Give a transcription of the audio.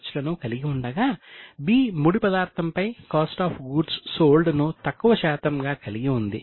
కావున A cost of goods sold ఎక్కువ శాతంగా కలిగి ఉంది